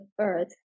earth